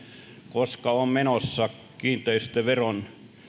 koska on menossa kiinteistöveron